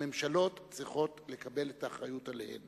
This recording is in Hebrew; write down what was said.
הממשלות צריכות לקבל את האחריות עליהן